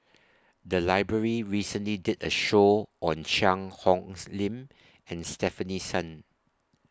The Library recently did A Show on Cheang Hong's Lim and Stefanie Sun